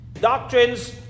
Doctrines